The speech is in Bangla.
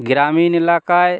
গ্রামীণ এলাকায়